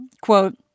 quote